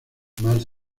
más